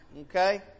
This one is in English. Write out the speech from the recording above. okay